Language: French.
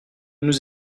nous